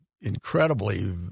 incredibly